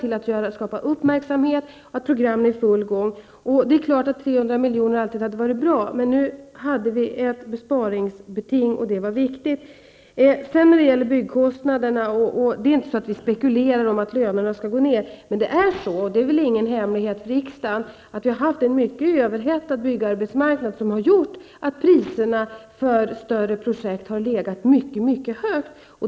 Det har skapat uppmärksamhet och bidragit till att det finns olika program som är på gång. Det är klart att det hade varit bra med 300 milj.kr., men nu finns det ett angeläget besparingskrav. Det är inte så att vi spekulerar om att lönerna skall gå ned, men det är väl ingen hemlighet för riksdagen att arbetsmarknaden har varit mycket överhettad, vilket har gjort att priserna för större projekt har legat mycket högt.